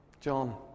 John